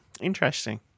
Interesting